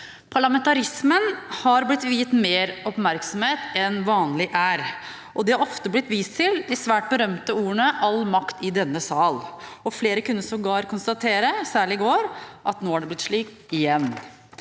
Parlamentarismen har blitt viet mer oppmerksomhet enn vanlig er. Det er ofte blitt vist til de svært berømte ordene «all makt i denne sal», og flere kunne sågar konstatere – særlig i går – at nå er det blitt slik igjen.